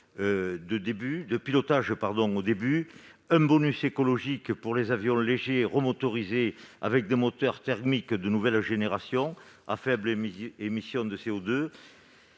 au pilotage de début, un bonus écologique pour les avions légers remotorisés avec un moteur thermique de nouvelle génération à faibles émissions de CO2